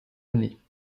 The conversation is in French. années